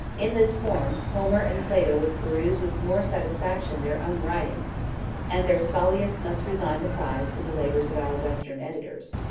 in this form, homer and plato would peruse with more satisfaction their own writings and their scholiasts must resign the prize to the labors of our western editors.